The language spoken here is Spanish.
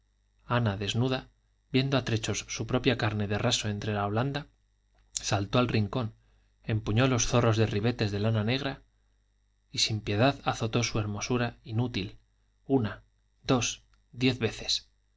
ana desnuda viendo a trechos su propia carne de raso entre la holanda saltó al rincón empuñó los zorros de ribetes de lana negra y sin piedad azotó su hermosura inútil una dos diez veces